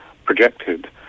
projected